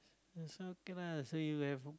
so okay lah so you have